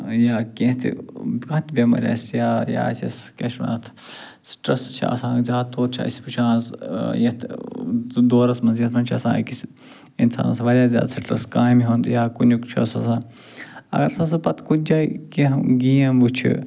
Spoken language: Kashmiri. یا کیٚنہہ تہِ کانٛہہ تہِ بٮ۪مٲرۍ آسہِ یا یا آسیٚس کیٛاہ چھِ وَنان اَتھ سِٹرَس چھِ آسان زیادٕ طور چھِ أسۍ وُچھا آز یَتھ دورَس منٛز یَتھ منٛز چھِ آسان أکِس اِنسانَس واریاہ زیادٕ سِٹرَس کامہِ ہُنٛد یا کُنیُک چھُس آسان اگر سُہ ہسا پتہٕ کُنہِ جایہِ کیٚنہہ گیم وُچھِ